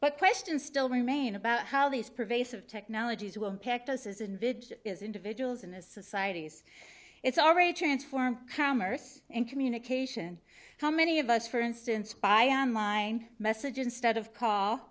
but questions still remain about how these pervasive technologies will impact us as invid is individuals in a societies it's already transformed commerce and communication how many of us for instance buy online message instead of call